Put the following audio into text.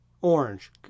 Orange